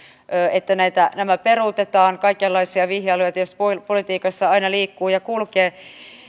että nämä peruutetaan kaikenlaisia vihjailuja tietysti politiikassa aina liikkuu ja kulkee